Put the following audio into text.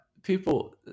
people